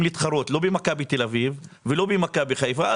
להתחרות לא במכבי תל אביב ולא במכבי חיפה,